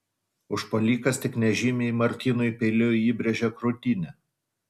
užpuolikas tik nežymiai martynui peiliu įbrėžė krūtinę